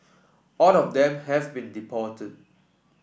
all of them have been deported